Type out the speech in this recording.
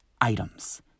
items